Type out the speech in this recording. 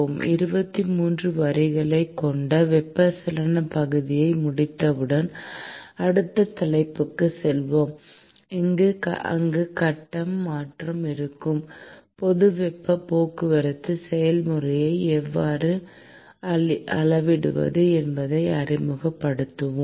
23 விரிவுரைகள் கொண்ட வெப்பச்சலனப் பகுதியை முடித்தவுடன் அடுத்த தலைப்புக்கு செல்வோம் அங்கு கட்ட மாற்றம் இருக்கும் போது வெப்பப் போக்குவரத்து செயல்முறையை எவ்வாறு அளவிடுவது என்பதை அறிமுகப்படுத்துவோம்